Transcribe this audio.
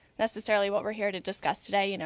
necessarily what we're here to discuss today, you know